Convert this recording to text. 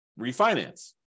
refinance